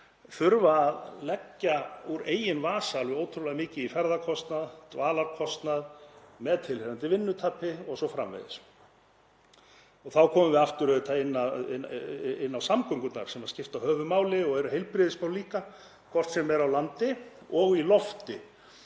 þurfa að leggja úr eigin vasa alveg ótrúlega mikið í ferðakostnað, dvalarkostnað, með tilheyrandi vinnutapi o.s.frv. Þá komum við aftur inn á samgöngurnar sem skipta höfuðmáli og eru heilbrigðismál líka, hvort sem er á landi og í lofti.